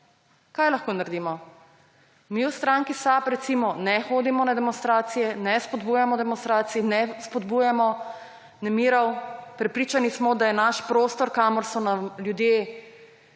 Kaj lahko naredimo? Mi v stranki SAB recimo ne hodimo na demonstracije, ne spodbujamo demonstracij, ne spodbujamo nemirov. Prepričani smo, da je naš prostor, ki so nam ga ljudje